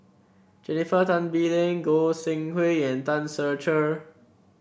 Jennifer Tan Bee Leng Goi Seng Hui and Tan Ser Cher